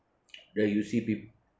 then you see people